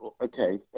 okay